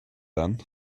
then